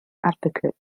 advocate